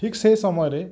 ଠିକ୍ ସେଇ ସମୟରେ